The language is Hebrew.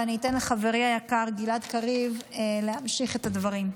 ואני אתן לחברי היקר גלעד קריב להמשיך את הדברים.